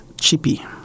Chippy